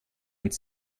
und